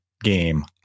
game